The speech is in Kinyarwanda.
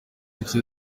nzi